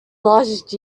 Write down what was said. last